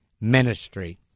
ministry